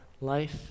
life